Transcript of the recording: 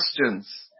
questions